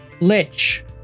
Lich